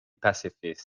pacifist